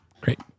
Great